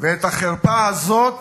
ואת החרפה הזאת